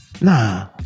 nah